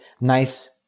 nice